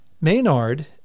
Maynard